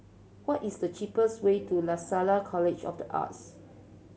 what is the cheapest way to Lasalle College of The Arts